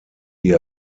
die